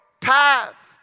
path